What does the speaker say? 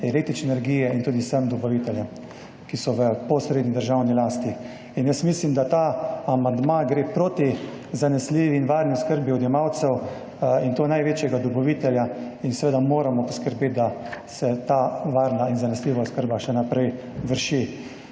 električne energije in tudi vsem dobaviteljem, ki so v posredni državni lasti. Jaz mislim, da gre ta amandma proti zanesljivi in varni oskrbi odjemalcev, in to največjega dobavitelja, zato moramo poskrbeti, da se ta varna in zanesljiva oskrba še naprej izvaja.